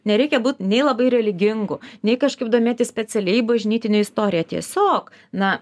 nereikia būt nei labai religingu nei kažkaip domėtis specialiai bažnytine istorija tiesiog na